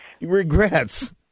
Regrets